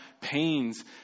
pains